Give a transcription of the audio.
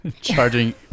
Charging